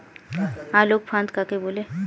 আলোক ফাঁদ কাকে বলে?